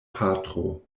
patro